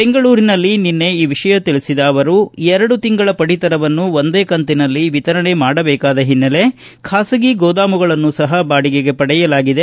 ಬೆಂಗಳೂರಿನಲ್ಲಿ ನಿನ್ನೆ ಈ ವಿಷಯ ತಿಳಿಸಿದ ಅವರು ಎರಡು ತಿಂಗಳ ಪಡಿತರವನ್ನು ಒಂದೇ ಕಂತಿನಲ್ಲಿ ವಿತರಣೆ ಮಾಡಬೇಕಾದ ಹಿನ್ನೆಲೆ ಬಾಸಗಿ ಗೋದಾಮುಗಳನ್ನು ಸಹ ಬಾಡಿಗೆಗೆ ಪಡೆಯಲಾಗಿದೆ